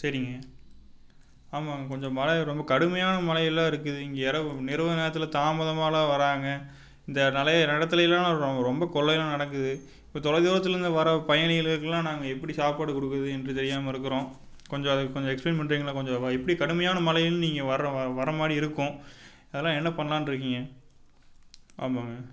சரிங்க ஆமாங்க கொஞ்சம் மழை ரொம்ப கடுமையான மழையில்லாம் இருக்குது இங்கே இரவு இரவு நேரத்தில் தாமதமாகலாம் வராங்க இந்த நிலை நிலத்துல எல்லாம் ரொம்ப கொள்ளையெல்லாம் நடக்குது இப்போ தொலைதூரத்துலேருந்து வர பயணிகளுக்கெலாம் நாங்கள் எப்படி சாப்பாடு கொடுக்குறது என்று தெரியாமல் இருக்கிறோம் கொஞ்சம் அது கொஞ்சம் எக்ஸ்ப்ளைன் பண்ணுறிங்களா கொஞ்சம் இப்படி கடுமையான மழையில நீங்கள் வர்ற வரமாதிரி இருக்கும் அதெலாம் என்ன பண்ணலான்ருகீங்க ஆமாங்க